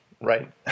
right